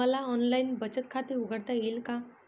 मला ऑनलाइन बचत खाते उघडता येईल का?